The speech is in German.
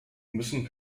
müssen